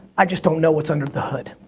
i just don't know what's under the hood.